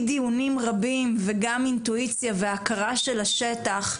דיונים רבים וגם אינטואיציה והכרה של השטח,